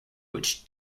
which